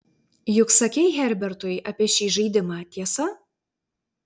juk sakei herbertui apie šį žaidimą tiesa